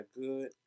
good